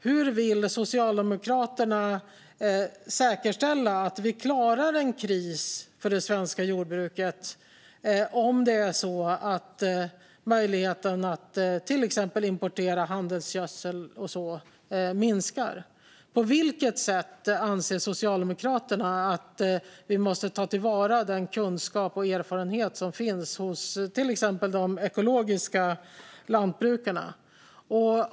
Hur vill Socialdemokraterna säkerställa att vi klarar en kris för det svenska jordbruket, till exempel om möjligheten att importera handelsgödsel minskar? På vilket sätt anser Socialdemokraterna att vi måste ta till vara den kunskap och erfarenhet som finns hos till exempel de ekologiska lantbrukarna?